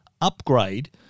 upgrade